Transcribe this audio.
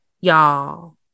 y'all